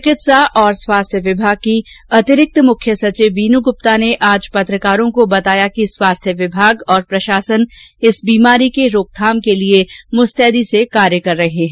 चिकित्सा और स्वास्थ्य विभाग की अतिरिक्त मुख्य सचिव वीनू गुप्ता ने आज पत्रकारों को बताया कि स्वास्थ्य विमाग और प्रशासन इस बीमारी के रोकथाम के लिए मुस्तैदी से प्रयास कर रहे हैं